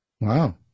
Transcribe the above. Wow